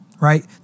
right